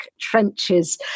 trenches